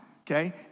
Okay